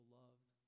loved